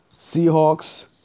Seahawks